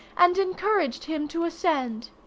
and encouraged him to ascend.